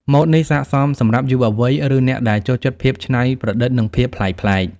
ម៉ូដនេះស័ក្តិសមសម្រាប់យុវវ័យ ឬអ្នកដែលចូលចិត្តភាពច្នៃប្រឌិត និងភាពប្លែកៗ។